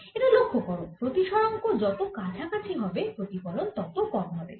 এটা লক্ষ্য করো প্রতিসরাঙ্ক যত কাছাকাছি হবে প্রতিফলন তত কম হবে